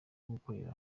gukorera